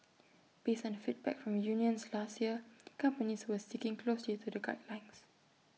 based on feedback from unions last year companies were sticking closely to the guidelines